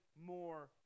more